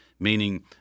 Meaning